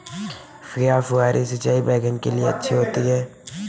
क्या फुहारी सिंचाई बैगन के लिए अच्छी होती है?